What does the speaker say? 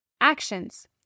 Actions